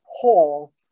Paul